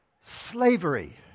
slavery